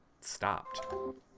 stopped